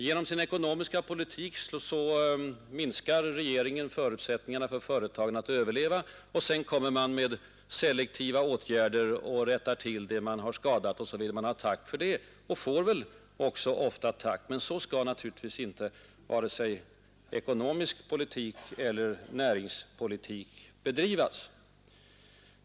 Genom sin ekonomiska politik minskar regeringen företagens förutsättningar att överleva. Så vidtar man selektiva åtgärder för att rätta till det man skadat. Sedan vill man ha tack för det och får väl också ofta tack. Men så skall naturligtvis varken ekonomisk politik eller näringspolitik bedrivas.